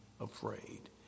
afraid